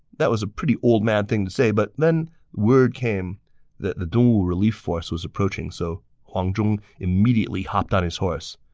that was a pretty old-man thing to say, but just then word came that the dongwu relief force was approaching, so huang zhong immediately hopped on his horse.